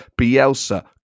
Bielsa